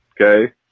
Okay